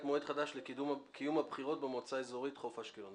מועד חדש לקיום הבחירות במועצה האזורית חוף אשקלון.